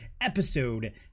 episode